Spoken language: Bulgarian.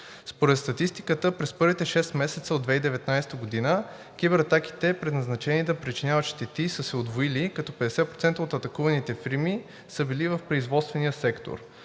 Според статистиката през първите шест месеца от 2019 г. кибератаките, предназначени да причиняват щети, са се удвоили, като 50% от атакуваните фирми са били в производствения сектор.